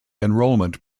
enrollment